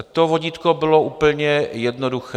To vodítko bylo úplně jednoduché.